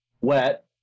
wet